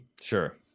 Sure